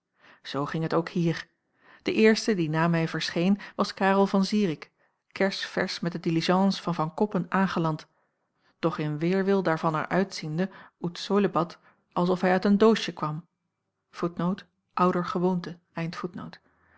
zoo ging het ook hier de eerste die na mij verscheen was karel van zirik kers versch met de diligence van van koppen aangeland doch in weêrwil daarvan er uitziende ut solebat als of hij uit een doosje kwam